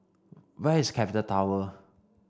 where is Capital Tower